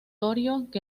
realidad